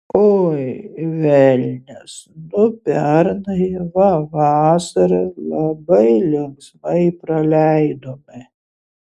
oi velnias nu pernai va vasarą labai linksmai praleidome